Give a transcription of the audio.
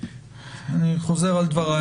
אני חוזר על דבריי,